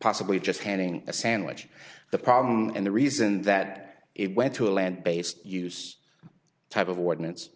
possibly just having a sandwich the problem and the reason that it went to a land based use type of ordinance